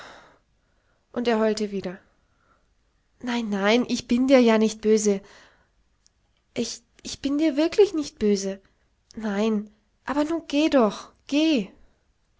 und er heulte wieder nein nein ich bin dir ja nicht böse ich ich bin dir wirklich nicht böse nein aber nu geh doch geh